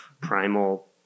Primal